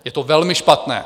Je to velmi špatné.